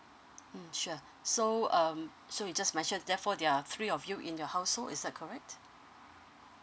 mm sure so um so you just mentioned therefore there're three of you in your household is that correct